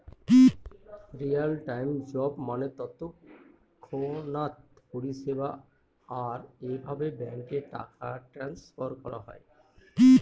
real time job মানে তৎক্ষণাৎ পরিষেবা, আর এভাবে ব্যাঙ্কে টাকা ট্রান্সফার করা হয়